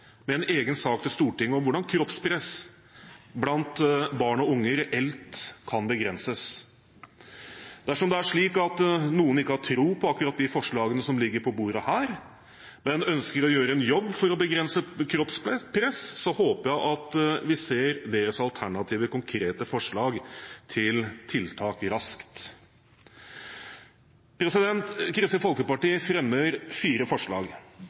med en egen sak til Stortinget om hvordan kroppspress blant barn og unge reelt kan begrenses. Dersom det er slik at noen ikke har tro på akkurat de forslagene som ligger på bordet her, men ønsker å gjøre en jobb for å begrense kroppspress, håper jeg at vi ser deres alternative, konkrete forslag til tiltak raskt. Kristelig Folkeparti fremmer fire forslag.